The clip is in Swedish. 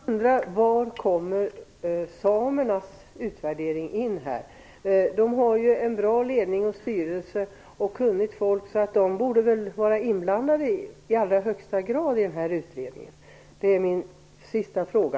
Herr talman! Jag bara undrar: Var kommer samernas utvärdering in här? De har ju en bra ledning och styrelse och kunnigt folk, så de borde väl i allra högsta grad blandas in i utredningen. - Det är min sista fråga.